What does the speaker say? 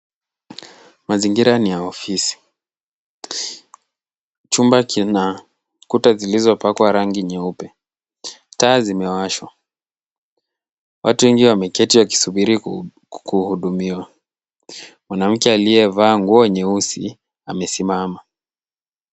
Mazingira ni ya ofisi. Chumba kuna kuta zilizopakwa rangi nyeupe. Taa zimewashwa. Watu wengi wameketi wakisubiri kuhudumiwa. Mwanamke aliyevaa nguo nyeusi amesimama.